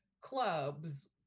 clubs